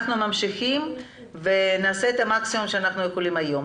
אנחנו ממשיכים ונעשה את המקסימום שאנחנו יכולים היום.